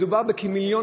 מדובר בכמיליון